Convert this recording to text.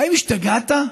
האם השתגעת?